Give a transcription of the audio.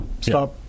stop